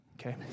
Okay